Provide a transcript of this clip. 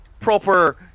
proper